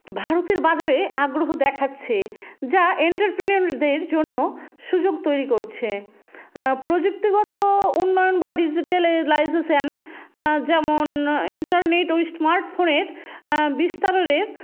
ভারতের বাজারে আগ্রহ দেখাচ্ছে যা অঁতেপ্রনিয়রদের জন্য সুযোগ তৈরি করছে প্রযুক্তিগত উন্নয়ন বা ডিজিটালাইজেশান যেমন ইন্টারনেট ও স্মার্টফোনের বিস্তারের